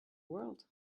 world